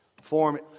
form